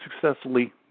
successfully